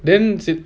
then